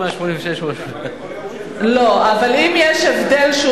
186 או 185. יכול להיות שיש עוד הצעה.